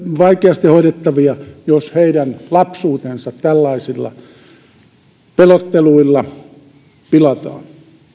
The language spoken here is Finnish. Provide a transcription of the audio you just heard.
vaikeasti hoidettavia potilaita jos heidän lapsuutensa tällaisilla pelotteluilla pilataan